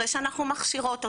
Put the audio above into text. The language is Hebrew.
אחרי שאנחנו מכשירות אותן,